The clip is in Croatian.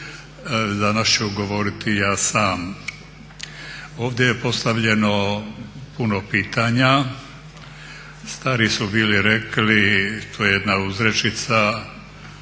danas ću govoriti ja sam. Ovdje je postavljeno puno pitanja. Stari su bili rekli to je jedna uzrečica